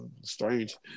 strange